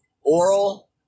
oral